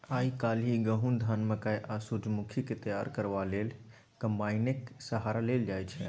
आइ काल्हि गहुम, धान, मकय आ सूरजमुखीकेँ तैयार करबा लेल कंबाइनेक सहारा लेल जाइ छै